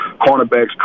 cornerbacks